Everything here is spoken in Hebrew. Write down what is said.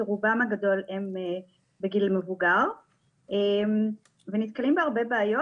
שרובם הגדול הם בגיל מבוגר ונתקלים בהרבה בעיות.